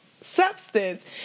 substance